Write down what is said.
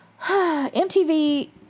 MTV